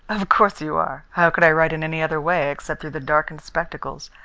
of course you are! how could i write in any other way except through the darkened spectacles?